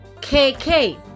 KK